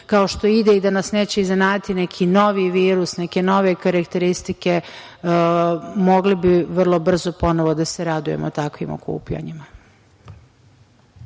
kao što ide i da nas neće iznenaditi neki novi virus, neke nove karakteristike, mogli bi vrlo brzo ponovo da se radujemo takvim okupljanjima.